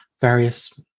various